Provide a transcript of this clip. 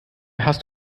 hast